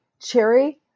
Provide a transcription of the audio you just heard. Cherry